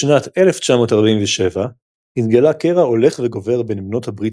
בשנת 1947 התגלה קרע הולך וגובר בין בנות הברית